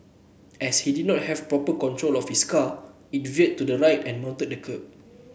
as he did not have proper control of his car it veered to the right and mounted the kerb